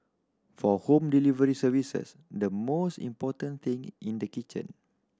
for home delivery services the most important thing in the kitchen